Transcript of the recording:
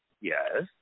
Yes